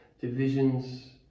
divisions